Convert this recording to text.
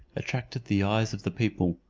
attracted the eyes of the people.